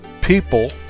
People